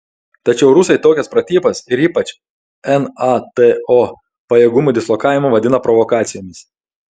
tačiau rusai tokias pratybas ir ypač nato pajėgumų dislokavimą vadina provokacijomis